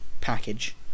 package